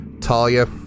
Talia